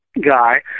guy